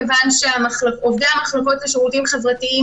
כיוון שעובדי המחלקות לשירותים חברתיים